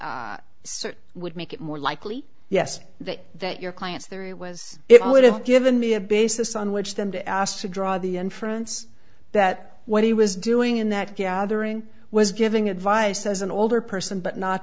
would make it more likely yes that that your client's there it was it would have given me a basis on which then to asked to draw the inference that what he was doing in that gathering was giving advice as an older person but not